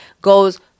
goes